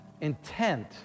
intent